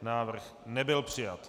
Návrh nebyl přijat.